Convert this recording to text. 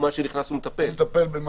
מי שנכנס, הוא מטפל.